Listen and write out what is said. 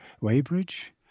Weybridge